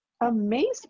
amazing